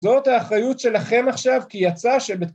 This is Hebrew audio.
‫זאת האחריות שלכם עכשיו, ‫כי יצא שבתקופה...